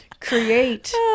create